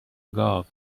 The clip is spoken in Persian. گاو